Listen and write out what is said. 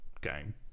game